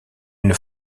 une